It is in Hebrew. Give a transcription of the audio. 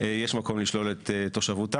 יש מקום לשלול את תושבותם,